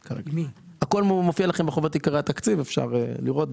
הכול מופיע לכם בחוברת עיקרי התקציב, אפשר לראות.